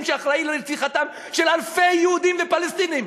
שאחראי לרציחתם של אלפי יהודים ופלסטינים,